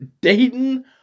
Dayton